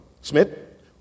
Smith